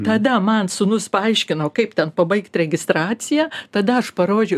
tada man sūnus paaiškino kaip ten pabaigti registraciją tada aš parodžiau